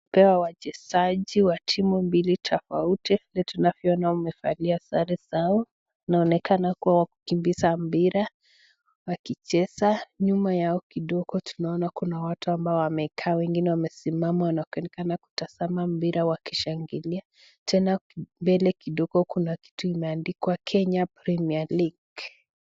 Leo wachezaji wa timu mbili tofauti vile tunavyoona wamevalia sare zao , wanaonekana kuwa wakikimbiza mpira wakicheza, nyuma yao kidogo tunaona kuna watu ambao wamekaa wengine wamesimama wanatakikana kutazama mpira wakishangilia ,tena mbele kidogo kuna kitu imeandikwa Kenya Premier League.